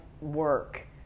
work